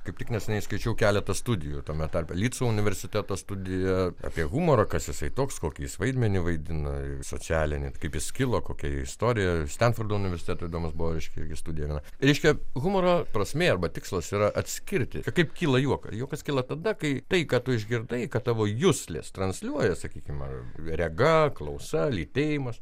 kaip tik neseniai skaičiau keletą studijų tame tarpe lidso universiteto studijoje apie humorą kas jisai toks kokį vaidmenį vaidina socialinį kaip jis kilo kokia istorija stenfordo universiteto įdomus buvo reiškia irgi studija viena reiškia humoro prasmė arba tikslas yra atskirti kaip kyla juoką juokas kyla tada kai tai ką tu išgirdai ką tavo juslės transliuoja sakykim ar rega klausa lytėjimas